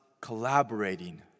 collaborating